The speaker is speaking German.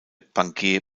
bankier